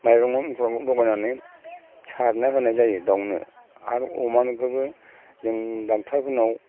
माइरङाव लगायनानै सारना होनाय जायो दाउनो आरो अमानिफ्रायबो जों डक्ट'रफोरनाव